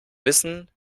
wissen